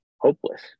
hopeless